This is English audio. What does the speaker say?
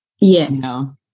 Yes